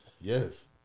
Yes